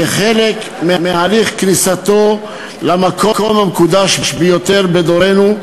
חלק מהליך כניסתו למקום המקודש ביותר בדורנו,